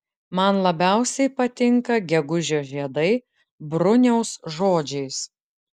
man labiausiai patinka gegužio žiedai bruniaus žodžiais